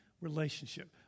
relationship